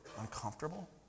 uncomfortable